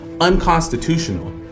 unconstitutional